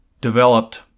developed